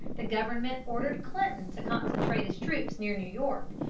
the government ordered clinton to concentrate his troops near new york,